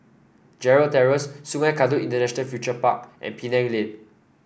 Gerald Terrace Sungei Kadut International Furniture Park and Penang Lane